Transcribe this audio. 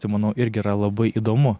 tai manau irgi yra labai įdomu